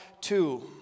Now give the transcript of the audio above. two